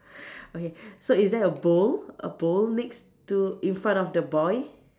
okay so is there a bowl a bowl next to in front of the boy